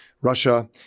Russia